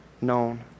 known